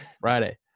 Friday